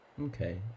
Okay